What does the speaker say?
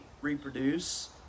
reproduce